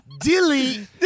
Dilly